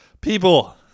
People